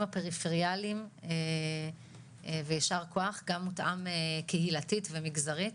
הפריפריאליים ויישר כוח גם מותאם קהילתית ומגזרית,